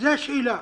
זו השאלה.